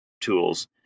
tools